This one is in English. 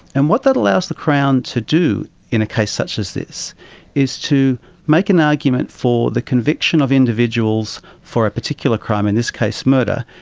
and what that allows the crown to do in a case such as this is to make an argument for the conviction of individuals for a particular crime, in this case murder,